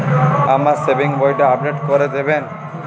আমার সেভিংস বইটা আপডেট করে দেবেন?